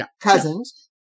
Cousins